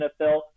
NFL